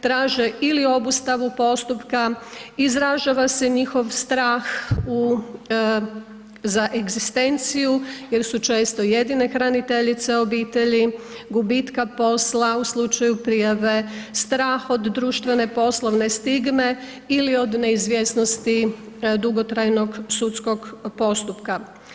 Traže ili obustavu postupka, izražava se njihov strah u, za egzistenciju jer su često jedine hraniteljice obitelji, gubitka posla u slučaju prijave, strah od društvene poslove stigme ili od neizvjesnosti dugotrajnog sudskog postupka.